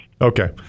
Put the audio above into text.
Okay